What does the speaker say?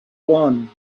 one